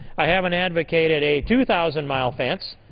i haven't advocated a two thousand mile fence.